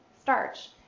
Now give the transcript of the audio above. starch